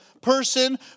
person